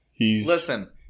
Listen